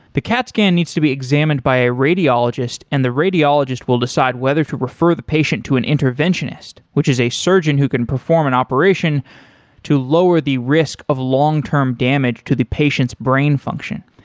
the cat scan needs to be examined by a radiologist and the radiologist will decide whether to refer the patient to an interventionist, which is a surgeon who can perform an operation to lower the risk of long-term damage to the patient's brain function.